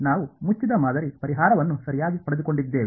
ನಾವು ಮುಚ್ಚಿದ ಮಾದರಿ ಪರಿಹಾರವನ್ನು ಸರಿಯಾಗಿ ಪಡೆದುಕೊಂಡಿದ್ದೇವೆ